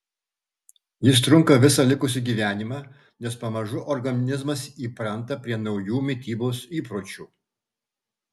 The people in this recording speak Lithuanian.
jis trunka visą likusį gyvenimą nes pamažu organizmas įpranta prie naujų mitybos įpročių